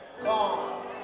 gone